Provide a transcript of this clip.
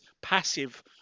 passive